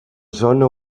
zona